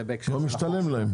זה בהקשר --- זה משתלם להם.